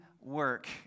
work